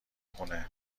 خونه